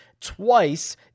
twice